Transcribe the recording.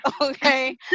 okay